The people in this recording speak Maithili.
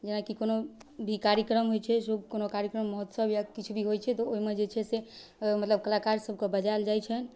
जेनाकि कोनो भी कार्यक्रम होइ छै शुभ कोनो कार्यक्रम महोत्सव या किछु भी होइ छै तऽ ओहिमे जे छै से मतलब कलाकार सबके बजाएल जाइ छनि